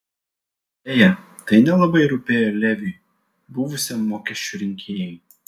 beje tai nelabai rūpėjo leviui buvusiam mokesčių rinkėjui